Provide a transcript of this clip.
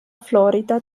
florida